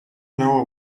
know